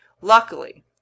Luckily